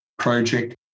project